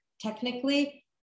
technically